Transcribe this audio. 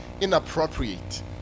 inappropriate